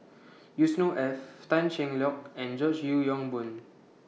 Yusnor Ef Tan Cheng Lock and George Yeo Yong Boon